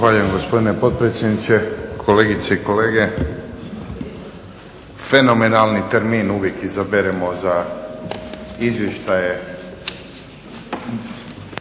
Zahvaljujem gospodine potpredsjedniče. Kolegice i kolege. Fenomenalni termin uvijek izaberemo za izvještaje